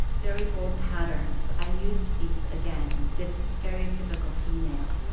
very bold patterns. i used these again, this stereotypical female,